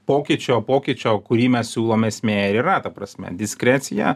pokyčio pokyčio kurį mes siūlome esmė ir yra ta prasme diskrecija